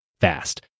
fast